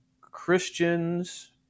Christians